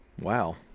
Wow